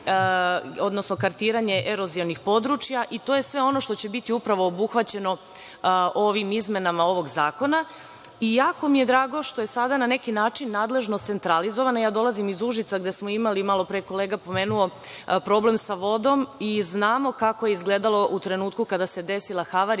odnosno kartiranje erozionih područja i to je sve ono što će biti upravo obuhvaćeno ovim izmenama ovog zakona i jako mi je drago što je sada na neki način nadležnost centralizovana. Ja dolazim iz Užica gde smo imali, malopre je kolega pomenuo, problem sa vodom i znamo kako je izgledalo u trenutku kada se desila havarija,